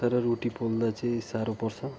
तर रोटी पोल्दा चाहिँ साह्रो पर्छ